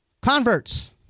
Converts